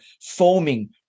foaming